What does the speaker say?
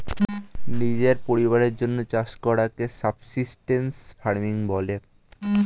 নিজের পরিবারের জন্যে চাষ করাকে সাবসিস্টেন্স ফার্মিং বলে